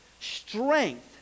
strength